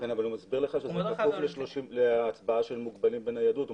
הוא מסביר לך שזה להצבעת מוגבלים בניידות.